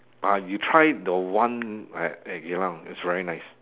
ah you try the one at at geylang it's very nice